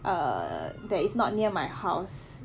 err there is not near my house